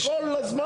--- שהבנק כל הזמן,